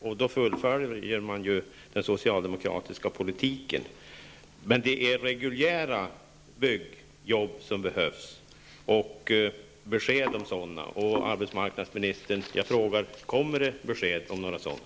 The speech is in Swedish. Därmed fullföljer man den socialdemokratiska politiken. Men det är reguljära byggjobb som behövs och besked om sådana. Jag frågar arbetsmarknadsministern: Kommer det besked om några sådana?